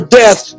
death